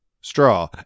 straw